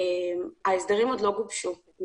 מבחינתנו ההסדרים עוד לא גובשו.